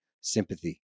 sympathy